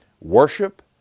worship